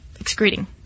excreting